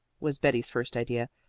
was betty's first idea.